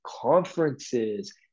conferences